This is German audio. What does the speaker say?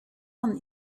man